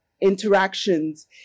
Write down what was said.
interactions